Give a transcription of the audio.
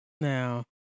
Now